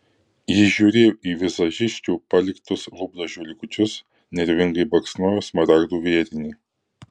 ji žiūrėjo į vizažisčių paliktus lūpdažių likučius nervingai baksnojo smaragdų vėrinį